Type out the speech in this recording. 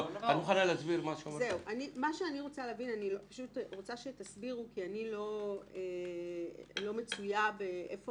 אני רוצה שתסבירו כי אני לא מצויה איפה